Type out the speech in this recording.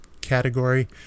category